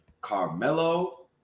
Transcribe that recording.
Carmelo